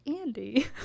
Andy